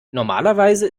normalerweise